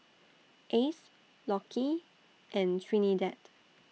Ace Lockie and Trinidad